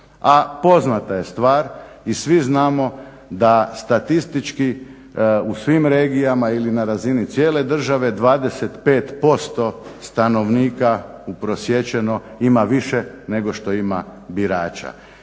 A poznata je stvar i svi znamo da statistički u svim regijama ili na razini cijele države 25% stanovnika uprosječeno ima više nego što ima birača.